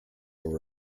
were